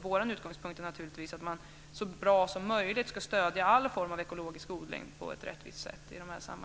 Vår utgångspunkt är naturligtvis att man så mycket som möjligt ska stödja all form av ekologisk odling på ett rättvist sätt.